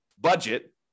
budget